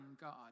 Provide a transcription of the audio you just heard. God